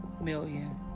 million